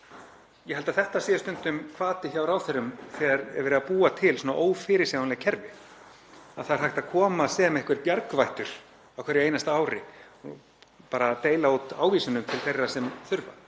Ég held að þetta sé stundum hvati hjá ráðherrum þegar er verið að búa til svona ófyrirsjáanleg kerfi. Það er hægt að koma sem einhver bjargvættur á hverju einasta ári og deila út ávísunum til þeirra sem þurfa.